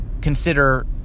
consider